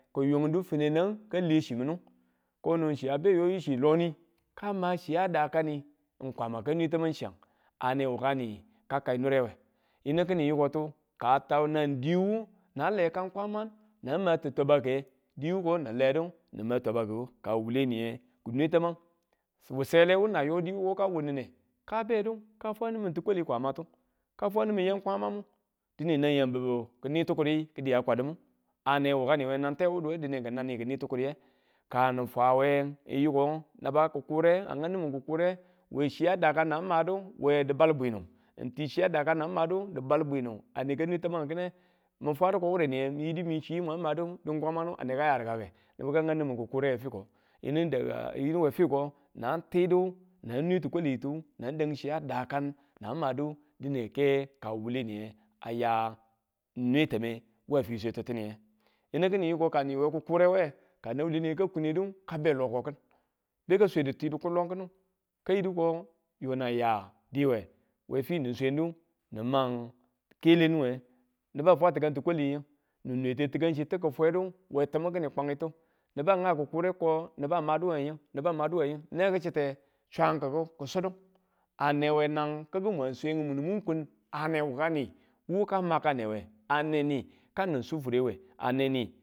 Ki yundu feneng ka le chiminu, kono chi abe yo yichi loni, ka ma chi ya dakani Kwama, kanwe tamang chiyan, a ne wukani ka kai irewe yinu kin yikotu ka tan nan diwu, nang le kan kwaman nan mati twabake diwuko nin ledu nin mati twabakiku ka wule niye, kinwe tamang wu sele wu nang yo diwuko a wunnine ka bedu kafwadi nimin ti̱kwali kwamatu ka, fwanimin ya̱m kwamammu, dine nang ya̱mbubu ki̱ni ti̱kuri ki̱diya kwadum ane wukani nan tewuduwe dine ki̱nan ni ki̱ni ti̱kurye, ka ni fwawe yiko naba ki̱kure a nang nimi ki̱kure we chi a dakan nang madu we di̱balbwinu, n chi dakan nin madu we dibal bwinu, ane nwe taman ki̱ne mi fwadu ko wureniye mi yidi mi chi mwang madu di̱n kwamanu ane ka ya rikaku nibu ka nang nimin kikure we fiko, yini dag, yiniwe fiko nan tibu nan nwe ti̱kwa̱litu nan dan chi ya daakan nan madu dike ka wule aya kai nwe ta̱ma̱n ya fisweke ti̱ttiye, yini yiko ka ni we ki̱kurewe ka nan wuleniye ka be loko ki̱ beka swedu ti dikur lo ki̱ni ka yiko yo nang ya diwe we fi niswedu niman kelunwe niba fwaba tika tikwali titu ki fwedu we timi kini kwangtu niba gau kikure ko niba maduwe ying niba maduwe ying neki chite swanki̱ku sudu a newe nang kiku mu swedu mun kun ane wukani wu ka makane we ane ni ka nin sufurewe ane ni.